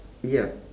ya